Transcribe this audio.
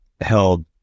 held